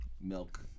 milk